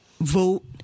vote